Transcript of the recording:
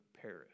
perish